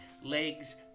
legs